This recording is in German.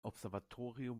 observatorium